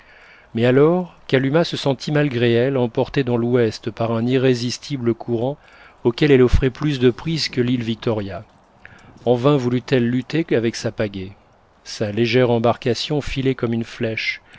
mais alors kalumah se sentit malgré elle emportée dans l'ouest par un irrésistible courant auquel elle offrait plus de prise que l'île victoria en vain voulut elle lutter avec sa pagaie sa légère embarcation filait comme une flèche